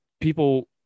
people